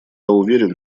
уверен